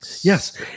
yes